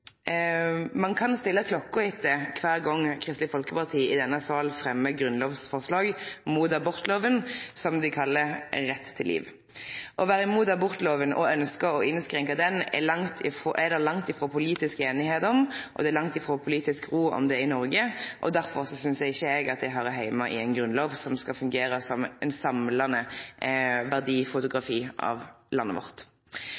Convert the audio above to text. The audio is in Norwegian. Ein kan stille klokka etter kvar gong Kristeleg Folkeparti i denne salen fremjar grunnlovforslag mot abortloven, som dei kallar «rett til liv». Å vere imot abortloven og ønskje å innskrenke den er det langt frå politisk einigheit om, og det er langt frå politisk ro om det i Noreg. Derfor synest ikkje eg det høyrer heime i ein grunnlov som skal fungere som eit samlande